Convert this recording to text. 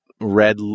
red